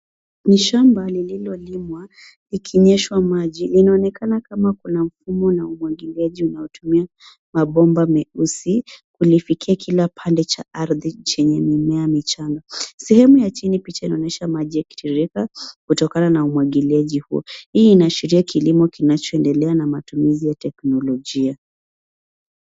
Ni shamba lililolimwa ikinyeshwa maji. Inaonekana kama kuna mfumo na umwagiliaji unaotumia mabomba meusi kulifikia kila pande cha ardhi chenye mimea michanga. Sehemu ya chini, picha inaonyesha maji yakitiririka kutokana na umwagiliaji huo. Hii inaashiria kilimo kinachoendelea na matumizi ya teknolojia.